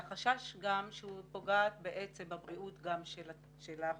והחשש הוא שהיא פוגעת גם בבריאות החולים